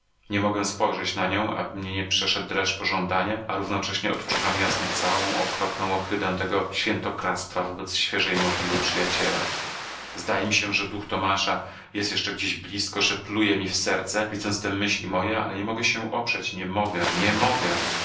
nie mogę spojrzeć na nią aby mnie nie przeszedł dreszcz pożądania a równocześnie odczuwam jasno całą okropną ohydę tego świętokradztwa wobec świeżej mogiły przyjaciela zdaje mi się że duch tomasza jest jeszcze gdzieś blizko że pluje mi w serce widząc te myśli moje ale nie mogę się oprzeć nie mogę nie mogę